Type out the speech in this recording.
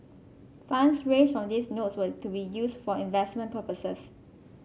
funds raised from these notes were to be used for investment purposes